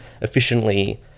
efficiently